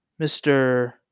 Mr